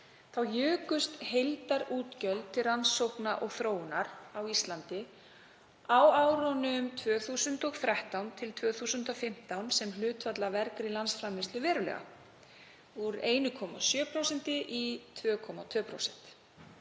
þá jukust heildarútgjöld til rannsókna og þróunar á Íslandi á árunum 2013–2015 sem hlutfall af vergri landsframleiðslu verulega, úr 1,7% í 2,2%.